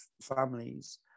families